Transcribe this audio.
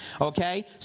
okay